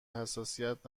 حساسیت